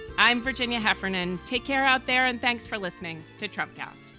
i'm virginia heffernan. take care out there. and thanks for listening to trump cost